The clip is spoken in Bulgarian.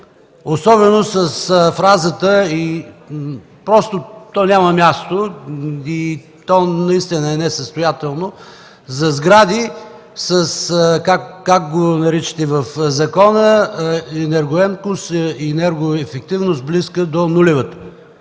особено с фразата – то просто няма място и е наистина несъстоятелно – за сгради, както го наричате в закона – „енергоемкост и енергоефективност близка до нулевата”.